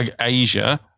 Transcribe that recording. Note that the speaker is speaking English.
Asia